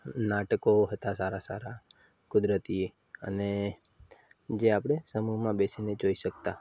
નાટકો હતાં સારાં સારાં કુદરતી અને જે આપણે સમૂહમાં બેસીને જોઈ શકતાં